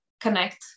connect